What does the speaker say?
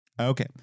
Okay